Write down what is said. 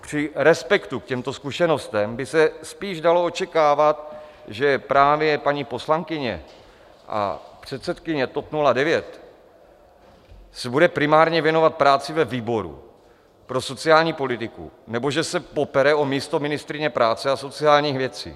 Při respektu k těmto zkušenostem by se spíš dalo očekávat, že právě paní poslankyně a předsedkyně TOP 09 se bude primárně věnovat práci ve výboru pro sociální politiku nebo že se popere o místo ministryně práce a sociálních věcí.